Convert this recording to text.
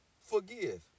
Forgive